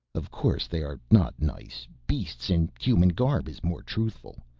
of course they are not nice, beasts in human garb is more truthful.